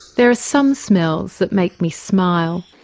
there are some smells that make me smile.